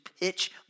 pitch